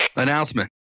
announcement